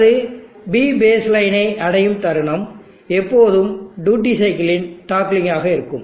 அது P base லைனை அடையும் தருணம் எப்போதும் டியூட்டி சைக்கிளின் டாக்லிங்க் ஆக இருக்கும்